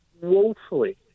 woefully